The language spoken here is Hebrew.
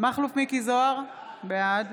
מכלוף מיקי זוהר, בעד